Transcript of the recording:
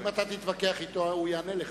אם אתה תתווכח אתו, הוא יענה לך.